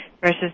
versus